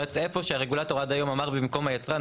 איפה שהרגולטור עד היום אמר במקום היצרן,